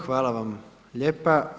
Hvala vam lijepa.